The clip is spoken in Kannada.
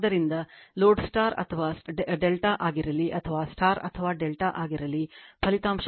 ಆದ್ದರಿಂದ ಲೋಡ್ ಸ್ಟಾರ್ ಅಥವಾ ಡೆಲ್ಟಾ ಆಗಿರಲಿ ಅಥವಾ ಸ್ಟಾರ್ ಅಥವಾ ಡೆಲ್ಟಾ ಆಗಿರಲಿ ಫಲಿತಾಂಶಗಳು ನಿಜ ಈ 3 Vp I p cos ನಿಜ